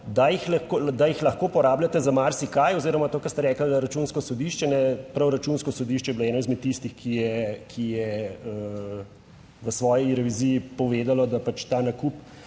da jih lahko porabljate za marsikaj, oziroma to, kar ste rekli, da Računsko sodišče... Prav Računsko sodišče je bilo eno izmed tistih, ki je v svoji reviziji povedalo, da je bil